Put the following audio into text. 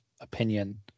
opinion